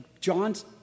John's